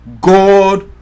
God